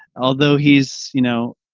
although he's, you know,